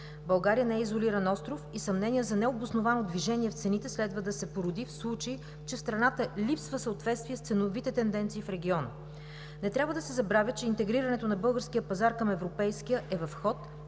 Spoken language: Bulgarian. България не е изолиран остров и съмнение за необосновано движение в цените следва да се породи в случай, че в страната липсва съответствие с ценовите тенденции в региона. Не трябва да се забравя, че интегрирането на българския пазар към европейския е в ход